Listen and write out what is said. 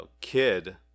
kid